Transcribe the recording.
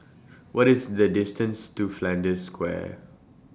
What IS The distances to Flanders Square